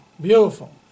Beautiful